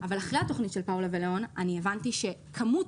אבל אחרי התוכנית של פאולה ולאון הבנתי שכמות